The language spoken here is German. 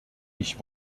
ich